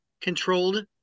controlled